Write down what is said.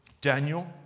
Daniel